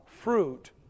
fruit